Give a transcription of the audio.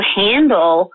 handle